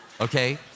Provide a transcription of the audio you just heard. Okay